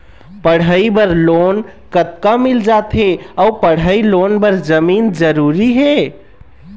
पढ़ई बर लोन कतका मिल जाथे अऊ पढ़ई लोन बर जमीन जरूरी हे?